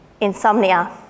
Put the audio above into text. insomnia